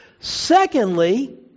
secondly